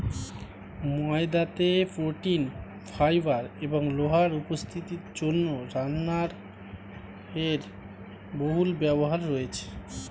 ময়দাতে protein, fibre এবং লোহার উপস্থিতির জন্য রান্নায় এর বহুল ব্যবহার রয়েছে